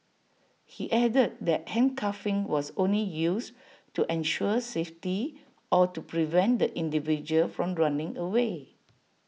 he added that handcuffing was only used to ensure safety or to prevent the individual from running away